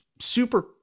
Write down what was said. super